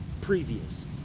previous